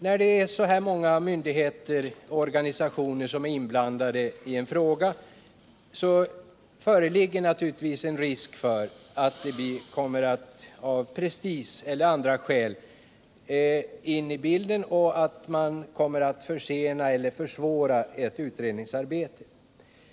När så här många myndigheter och organisationer är inblandade i en fråga föreligger naturligtvis en risk för att det kommer prestige in i bilden och att detta försenar och försvårar ett utredningsarbete.